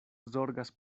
zorgas